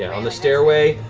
and on the stairway.